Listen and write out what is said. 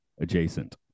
adjacent